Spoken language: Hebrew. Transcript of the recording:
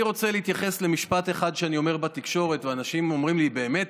אני רוצה להתייחס למשפט אחד שאני אומר בתקשורת ואנשים אומרים לי: באמת?